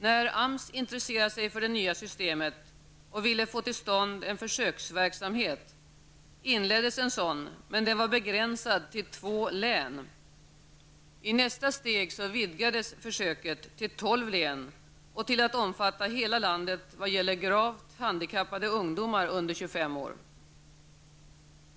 När AMS intresserade sig för det nya systemet och ville få till stånd en försöksverksamhet inleddes en sådan, men den var begränsad till två län. I nästa steg vidgades försöket till tolv län och till att omfatta hela landet vad gällde gravt handikappade ungdomar under 25 år.